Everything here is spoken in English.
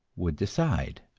would decide.